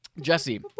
Jesse